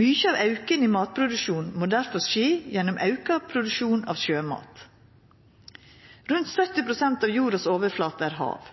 Mykje av auken i matproduksjonen må difor skje gjennom auka produksjon av sjømat. Rundt 70 pst. av jordas overflate er hav.